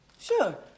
Sure